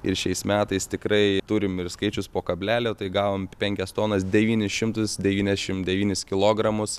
ir šiais metais tikrai turim ir skaičius po kablelio tai gavom penkias tonas devynis šimtus devyniašim devynis kilogramus